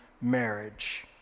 marriage